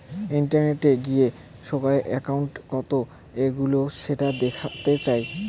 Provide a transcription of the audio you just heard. ইন্টারনেটে গিয়ে সোগায় একউন্ট কত এগোলো সেটা দেখতে যাই